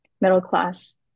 middle-class